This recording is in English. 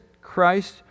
Christ